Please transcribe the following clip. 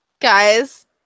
guys